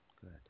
Good